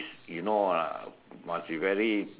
you know lah must be very